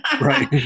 Right